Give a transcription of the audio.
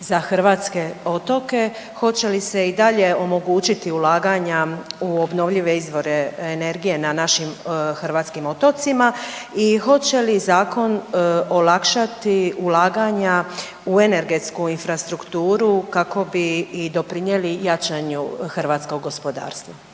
za hrvatske otoke, hoće li se i dalje omogućiti ulaganja u obnovljive izvore energije na našim hrvatskih otocima i hoće li zakon olakšati ulaganja u energetsku infrastrukturu kako bi i doprinijeli jačanju hrvatskog gospodarstva?